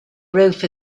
roof